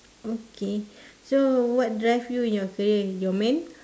okay so what drive you in your career your men